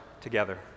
together